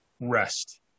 rest